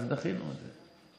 אז דחינו את זה.